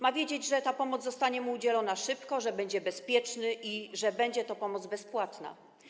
Ma wiedzieć, że ta pomoc zostanie mu udzielona szybko, że będzie bezpieczny i że będzie to pomoc bezpłatna.